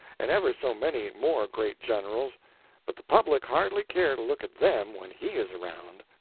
and ever so many more great generals but the public hardly care to look at them when he is around.